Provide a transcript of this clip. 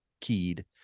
keyed